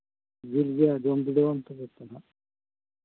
ᱥᱤᱵᱤᱞ ᱜᱮᱭᱟ ᱡᱚᱢ ᱵᱤᱰᱟᱹᱣᱟᱢ ᱛᱚᱵᱮ ᱛᱚ ᱦᱟᱸᱜ